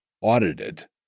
audited